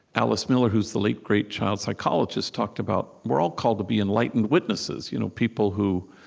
alice miller, who's the late, great child psychologist, talked about we're all called to be enlightened witnesses you know people who,